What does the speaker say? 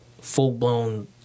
full-blown